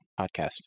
podcast